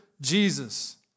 Jesus